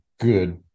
good